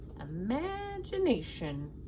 imagination